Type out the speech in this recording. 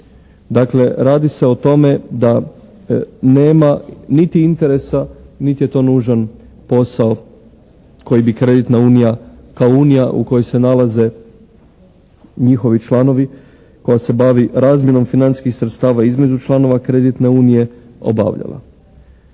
Dakle radi se o tome da nema niti interesa niti je to nužan posao koji bi kreditna unija kao unija u kojoj se nalaze njihovi članovi, koja se bavi razmjenom financijskih sredstava između članova kreditne unije obavljala.